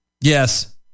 Yes